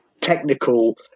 technical